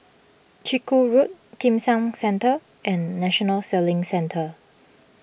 Chiku Road Kim San Centre and National Sailing Centre